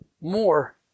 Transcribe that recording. more